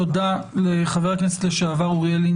תודה לחבר הכנסת לשעבר אוריאל לין,